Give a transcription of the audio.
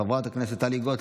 חברת הכנסת טלי גוטליב,